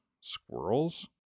Squirrels